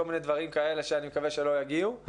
כל מיני דברים כאלה שאני מקווה שלא יגיעו,